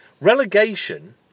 Relegation